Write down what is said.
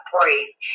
praise